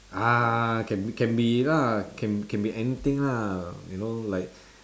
ah can be can be lah can can be anything lah you know like